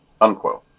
unquote